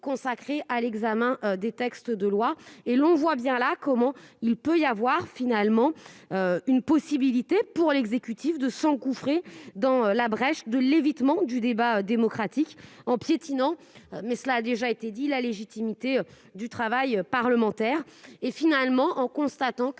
consacré à l'examen des textes de loi et l'on voit bien là, comment il peut y avoir finalement une possibilité pour l'exécutif de s'engouffrer dans la brèche de l'évitement du débat démocratique en piétinant mais cela a déjà été dit la légitimité du travail parlementaire et finalement en constatant que